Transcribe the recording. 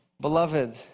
Beloved